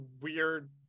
weird